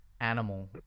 animal